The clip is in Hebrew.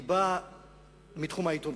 אני בא מתחום העיתונות.